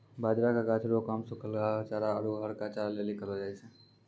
बाजरा के गाछ रो काम सुखलहा चारा आरु हरका चारा लेली करलौ जाय छै